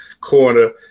corner